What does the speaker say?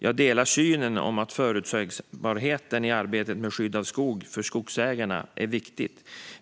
Jag delar synen på att förutsägbarheten i arbetet med skydd av skog är viktig för skogsägarna.